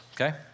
Okay